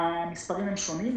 המספרים הם שונים.